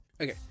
Okay